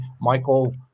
Michael